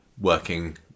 working